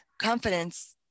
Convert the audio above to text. confidence